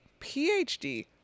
PhD